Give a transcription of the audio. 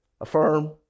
Affirm